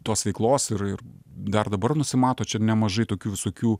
tos veiklos ir ir dar dabar nusimato čia nemažai tokių visokių